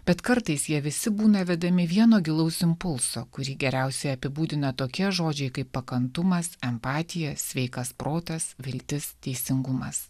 bet kartais jie visi būna vedami vieno gilaus impulso kurį geriausiai apibūdina tokie žodžiai kaip pakantumas empatija sveikas protas viltis teisingumas